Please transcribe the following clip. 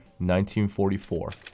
1944